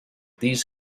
these